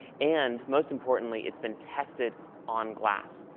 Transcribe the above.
and most importantly, it's been tested on glass.